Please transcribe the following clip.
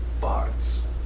bards